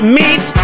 meet